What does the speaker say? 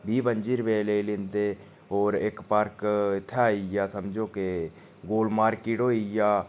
बीह् पंजी रपेऽ लेई लैंदे होर इक पार्क इत्थै आई गेआ समझो के गोल मार्केट होई गेआ